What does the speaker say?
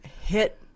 hit